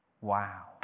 Wow